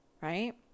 right